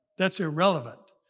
that's irrelevant.